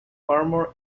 armor